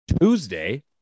Tuesday